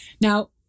Now